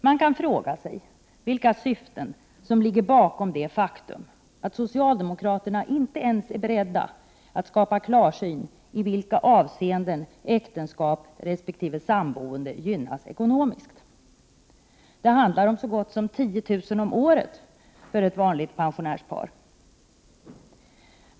Man kan fråga sig vilka syften som ligger bakom det faktum att socialdemokraterna inte ens är beredda att skapa klarsyn beträffande i vilka avseenden äktenskap resp. samboende gynnas ekonomiskt. Det handlar om så gott som 10 000 kr. om året för ett vanligt pensionärspar.